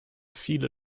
viele